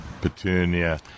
petunia